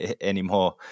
anymore